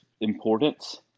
importance